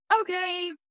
okay